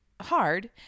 hard